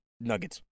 nuggets